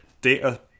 data